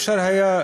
אפשר היה,